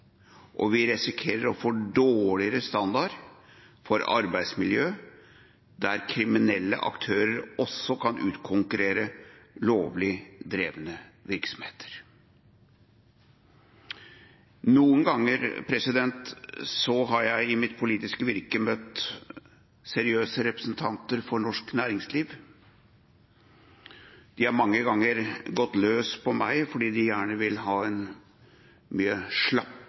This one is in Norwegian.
og vi risikerer å få en dårligere standard for arbeidsmiljøet, der kriminelle aktører kan utkonkurrere lovlig drevne virksomheter. Noen ganger har jeg i mitt politiske virke møtt seriøse representanter for norsk næringsliv. De har mange ganger gått løs på meg fordi de gjerne vil ha en mye